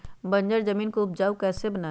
बंजर जमीन को उपजाऊ कैसे बनाय?